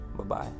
Bye-bye